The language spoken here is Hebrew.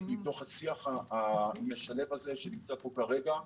מתוך השיח המשלב הזה שנמצא פה כרגע.